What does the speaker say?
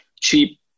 cheap